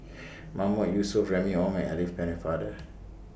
Mahmood Yusof Remy Ong and Alice Pennefather